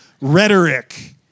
rhetoric